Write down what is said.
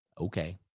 Okay